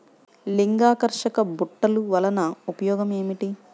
లింగాకర్షక బుట్టలు వలన ఉపయోగం ఏమిటి?